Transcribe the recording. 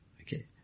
Okay